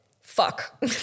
Fuck